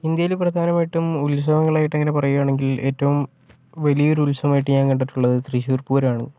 ഇന്ത്യയില് പ്രധാനമായിട്ടും ഉത്സവങ്ങളായിട്ടങ്ങനെ പറയുവാണെങ്കിൽ ഏറ്റവും വലിയൊരുത്സവമായിട്ട് ഞാൻ കണ്ടിട്ടുള്ളത് തൃശ്ശൂർ പൂരമാണ്